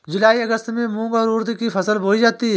जूलाई अगस्त में मूंग और उर्द की फसल बोई जाती है